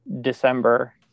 December